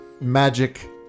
Magic